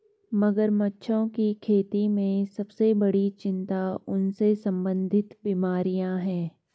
मगरमच्छों की खेती में सबसे बड़ी चिंता उनसे संबंधित बीमारियां हैं?